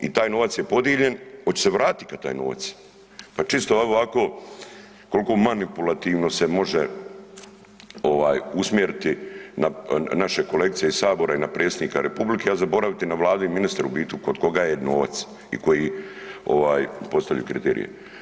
I taj novac je podijeljen, oće se vratiti ikad taj novac, pa čisto evo ovako koliko se manipulativno može usmjeriti na naše kolegice iz sabora i na predsjednika republike, a zaboraviti na Vladu i ministre u biti kod koga je novac i koji ovaj postavljaju kriterije.